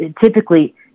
typically